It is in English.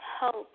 help